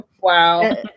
wow